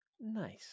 Nice